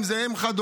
אם זו אם חד-הורית,